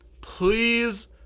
please